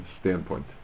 standpoint